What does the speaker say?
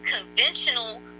conventional